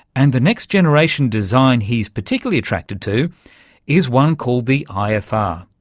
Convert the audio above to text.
and the next generation design he's particularly attracted to is one called the ifr,